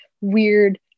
weird